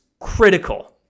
critical